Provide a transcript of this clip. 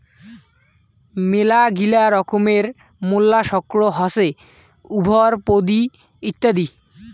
মেলাগিলা রকমের মোল্লাসক্স হসে উভরপদি ইত্যাদি